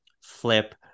flip